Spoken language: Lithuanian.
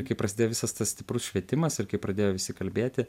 kai prasidėjo visas tas stiprus švietimas ir kai pradėjo visi kalbėti